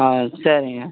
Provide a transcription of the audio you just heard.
ஆ சரிங்க